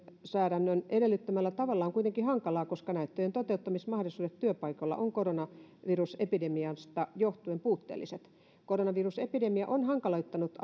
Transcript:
lainsäädännön edellyttämällä tavalla on kuitenkin hankalaa koska näyttöjen toteuttamismahdollisuudet työpaikoilla ovat koronavirusepidemiasta johtuen puutteelliset koronavirusepidemia on hankaloittanut